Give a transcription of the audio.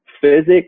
physics